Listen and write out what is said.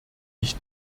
ich